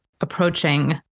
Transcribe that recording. approaching